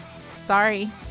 sorry